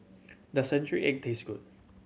the century egg taste good